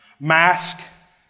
mask